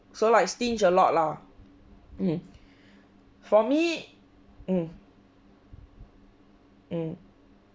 so like stinge a lot lah mm for me mm mm